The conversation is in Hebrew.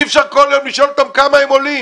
אי אפשר כל יום לשאול אותם כמה הם עולים